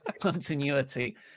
continuity